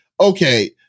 okay